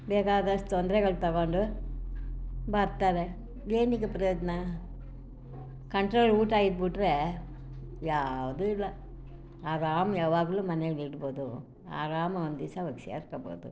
ಬೇಕಾದಷ್ಟು ತೊಂದ್ರೆಗಳು ತಗೊಂಡು ಬರ್ತಾರೆ ಏನಕ್ಕೆ ಪ್ರಯೋಜನ ಕಂಟ್ರೋಲ್ ಊಟ ಇದ್ಬಿಟ್ರೆ ಯಾವುದೂ ಇಲ್ಲ ಆರಾಮ ಯಾವಾಗಲೂ ಮನೆಲಿರ್ಬೋದು ಆರಾಮ ಒಂದು ದಿವಸ ಹೋಗಿ ಸೇರ್ಕೊಳ್ಬೋದು